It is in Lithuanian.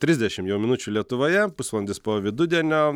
trisdešimt jau minučių lietuvoje pusvalandis po vidudienio